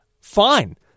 Fine